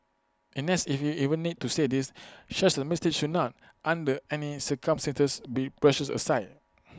and as if we even need to say this such A mistake should not under any circumstances be brushed aside